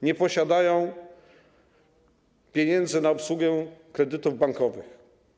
Nie posiadają pieniędzy na obsługę kredytów bankowych.